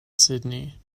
sydney